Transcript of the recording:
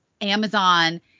Amazon